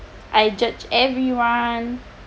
I judge everyone